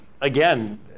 again